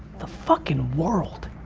the fuckin' world.